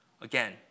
Again